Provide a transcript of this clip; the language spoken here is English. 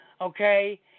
Okay